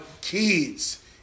kids